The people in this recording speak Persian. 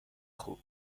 خوب